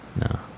No